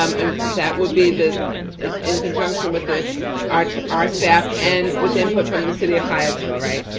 um and that would be the in conjunction with the arts, our staff, and with input from the city of hyattsville. right.